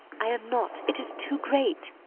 i am not. it is too great.